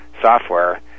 software